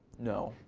no.